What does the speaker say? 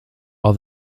are